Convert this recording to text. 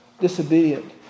disobedient